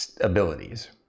abilities